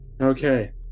Okay